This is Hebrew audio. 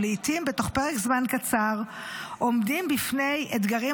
ולעיתים תוך פרק זמן קצר עומדים בפני אתגרים